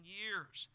years